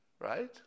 right